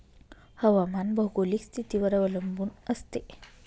हवामान भौगोलिक स्थितीवर अवलंबून असते